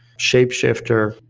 shapeshifter,